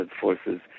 forces